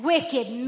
Wicked